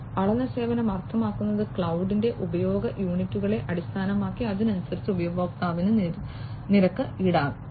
അളന്ന സേവനം അർത്ഥമാക്കുന്നത് ക്ലൌഡിന്റെ ഉപയോഗ യൂണിറ്റുകളെ അടിസ്ഥാനമാക്കി അതിനനുസരിച്ച് ഉപയോക്താവിന് നിരക്ക് ഈടാക്കും